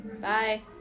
Bye